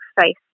face